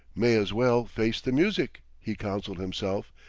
may as well face the music, he counseled himself,